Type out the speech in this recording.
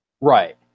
Right